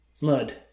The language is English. Mud